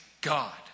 God